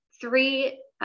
three